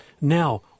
Now